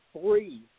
three